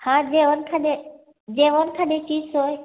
हां जेवण खाणे जेवन खाण्याची सोय